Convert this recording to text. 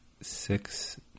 six